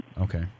Okay